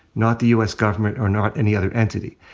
not the u. s. government, or not any other entity.